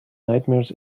nightmares